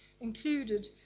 included